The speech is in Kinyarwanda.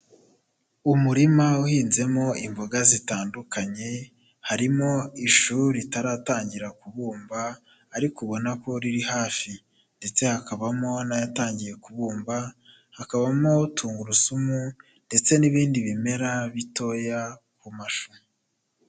Umurima uhinze imboga zitandukanye, harimo ishu ritaratangira kubumba ariko ubona ko riri hafi. Ndetse hakabamo n'ayatangiye kubumba, hakabamo tungurusumu ndetse n'ibindi bimera bitoya ku mashu.